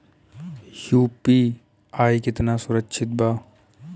UPI कितना सुरक्षित बा?